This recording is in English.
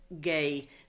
gay